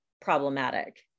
problematic